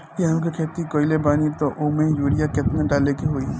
गेहूं के खेती कइले बानी त वो में युरिया केतना डाले के होई?